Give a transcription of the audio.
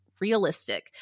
realistic